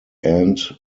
end